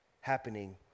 happening